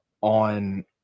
on